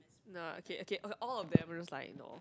no okay okay all of them I'm just like no